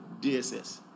DSS